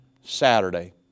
Saturday